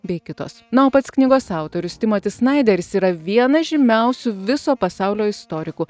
bei kitos na o pats knygos autorius timotis snaideris yra viena žymiausių viso pasaulio istorikų